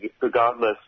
regardless